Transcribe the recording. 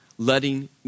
Letting